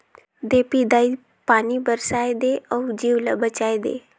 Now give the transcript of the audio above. देपी दाई पानी बरसाए दे अउ जीव ल बचाए दे